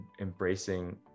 embracing